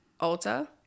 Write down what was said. Ulta